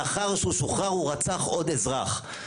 לאחר שהוא שוחרר הוא רצח עוד אזרח.